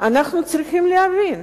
אנחנו צריכים להאמין